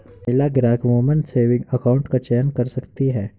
महिला ग्राहक woman saving account का चयन कर सकती है